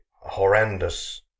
horrendous